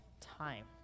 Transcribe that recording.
time